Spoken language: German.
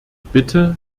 bitte